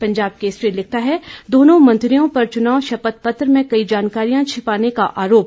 पंजाब केसरी लिखता है दोनों मंत्रियों पर चुनाव शपथ पत्र में कई जानकारियां छिपाने का आरोप